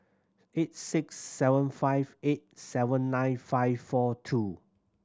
eight six seven five eight seven nine five four two